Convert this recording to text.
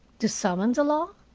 to summon the law?